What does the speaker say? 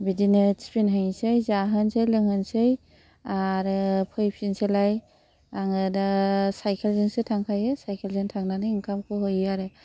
बिदिनो थिफिन हैसै जाहोनसै लोंहोनसै आरो फैफिनसैलाय आङो दा साइकेल जोंसो थांखायो साइकेल जों थांनानै ओंखामखौ हैयो आरो